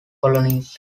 colonies